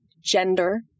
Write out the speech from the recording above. gender